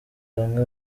bamwe